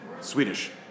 Swedish